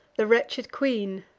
the wretched queen,